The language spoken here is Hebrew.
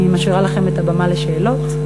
אני משאירה לכם את הבמה לשאלות.